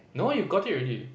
no you got it already